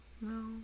No